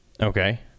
Okay